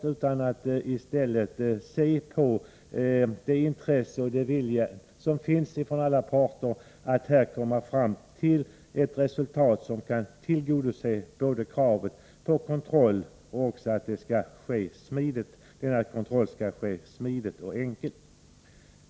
I stället bör vi ta fasta på det intresse och den vilja som finns hos alla parter att nå ett resultat som kan tillgodose både kravet på kontroll och önskemålet att kontrollen skall vara smidig och enkel.